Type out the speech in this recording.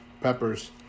peppers